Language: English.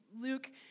Luke